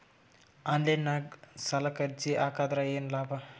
Online ನಾಗ್ ಸಾಲಕ್ ಅರ್ಜಿ ಹಾಕದ್ರ ಏನು ಲಾಭ?